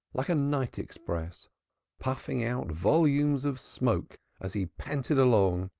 like a night express puffing out volumes of smoke as he panted along.